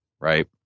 right